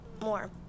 more